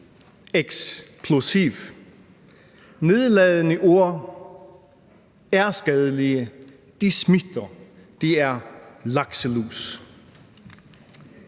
eksplosiv. Nedladende ord er skadelige; de smitter; de er lakselus.